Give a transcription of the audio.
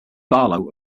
barlow